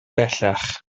bellach